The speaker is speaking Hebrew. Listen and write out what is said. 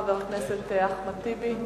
חבר הכנסת אחמד טיבי.